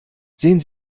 sehen